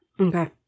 okay